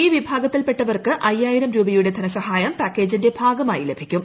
ഈ വിഭാഗത്തിൽപ്പെട്ടവർക്ക് അയ്യായിരം രൂപയുടെ ധന്സ്ഫായം പാക്കേജിന്റെ ഭാഗമായി ലഭിക്കും